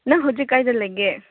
ꯅꯪ ꯍꯧꯖꯤꯛ ꯀꯗꯥꯏꯗ ꯂꯩꯒꯦ